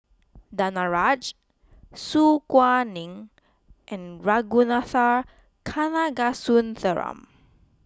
Danaraj Su Guaning and Ragunathar Kanagasuntheram